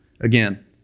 again